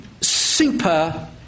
super